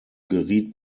geriet